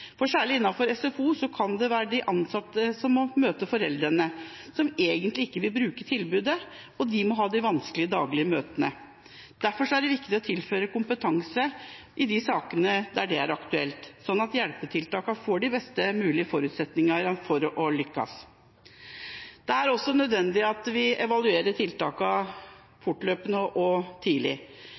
SFO. Særlig innenfor SFO kan det være de ansatte som må møte foreldre som egentlig ikke vil bruke det tilbudet, og som må ha de vanskelige daglige møtene. Derfor er det viktig å tilføre kompetanse i de sakene der det er aktuelt, slik at hjelpetiltaket får best mulig forutsetninger for å lykkes. Det er også nødvendig at vi evaluerer tiltakene tidlig og fortløpende.